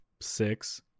six